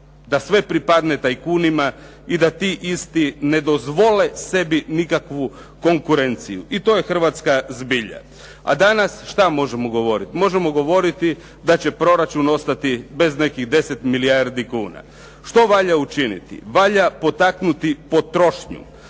da sve pripadne tajkunima i da ti isti ne dozvole sebi nikakvu konkurenciju. I to je Hrvatska zbilja. A danas što možemo govoriti? Možemo govoriti da će proračun ostati bez nekih 10 milijardi kuna. Što valja učiniti? valja potaknuti potrošnju,